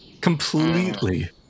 Completely